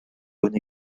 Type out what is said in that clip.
bonne